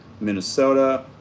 Minnesota